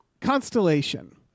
Constellation